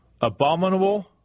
abominable